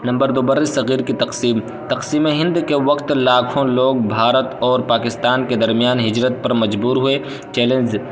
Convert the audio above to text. number دو بر صغیر کی تقسیم تقسیم ہند کے وقت لاکھوں لوگ بھارت اور پاکستان کے درمیان ہجرت پر مجبور ہوئے چیلنجز